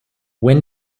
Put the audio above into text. when